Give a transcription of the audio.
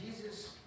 Jesus